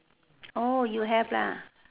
oh you have lah